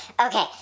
Okay